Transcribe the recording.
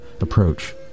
approach